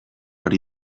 ari